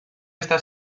está